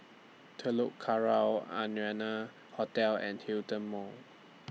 Telok Kurau Arianna Hotel and Hillion Mall